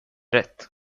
rätt